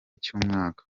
cy’umwaka